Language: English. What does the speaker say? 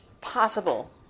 possible